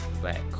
black